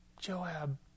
Joab